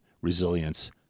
resilience